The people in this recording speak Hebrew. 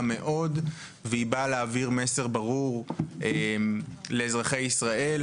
מאוד ובאה להעביר מסר ברור לאזרחי ישראל